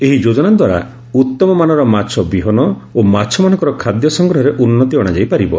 ଏହି ଯୋଜନାଦ୍ୱାରା ଉତ୍ତମ ମାନର ମାଛ ବିହନ ଓ ମାଛମାନଙ୍କର ଖାଦ୍ୟ ସଂଗ୍ରହରେ ଉନ୍ତି ଅଣାଯାଇପାରିବ